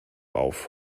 auf